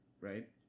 right